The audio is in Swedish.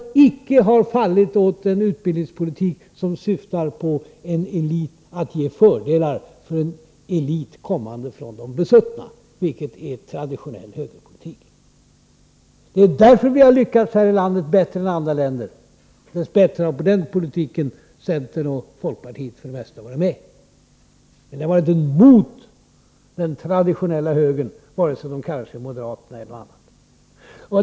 Vi har inte fallit för en utbildningspolitik som syftar till att ge fördelar till en elit, kommande från de besuttna, vilket är traditionell högerpolitik. Det är därför vi här i landet har lyckats bättre än andra länder. Dess bättre har centern och folkpartiet för det mesta varit med på den politiken. Men det har varit en politik mot den traditionella högern, vare sig de kallar sig moderater eller något annat.